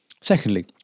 Secondly